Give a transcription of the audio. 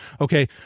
Okay